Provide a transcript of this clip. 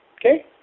okay